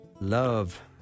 love